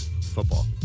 football